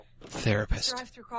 Therapist